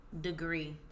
Degree